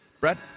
Brett